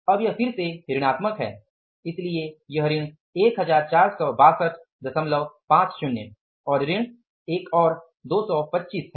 अब यह फिर से ऋणात्मक है इसलिए यह ऋण 14625 और ऋण एक और 225 है